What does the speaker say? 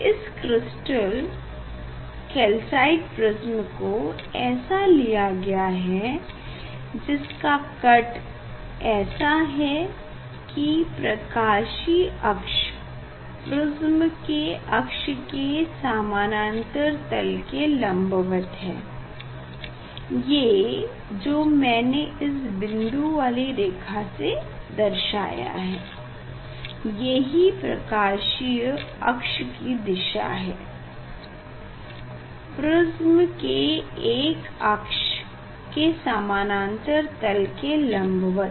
इस crystal calcite prism को ऐसा लिया गया है जिसका कट ऐसा है कि इसका प्रकाशीय अक्ष प्रिस्म के अक्ष के समानांतर तल के लम्बवत है ये जो मैने इस बिंदु वाली रेखा से दर्शाया है ये ही प्रकाशीय अक्ष कि दिशा है प्रिस्म के अक्ष के समांतर तल के लम्बवत